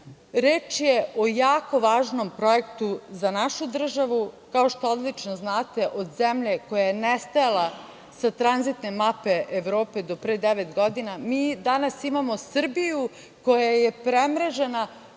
reč je o jako važnom projektu za našu državu. Kao što odlično znate, od zemlje koja je nestajala sa tranzitne mape Evrope, do pre devet godina, mi danas imamo Srbiju koja je premrežena